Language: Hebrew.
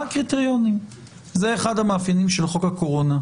זה אחד המאפיינים של חוק הקורונה,